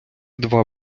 два